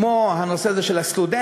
כמו הנושא הזה של הסטודנטים,